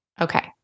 Okay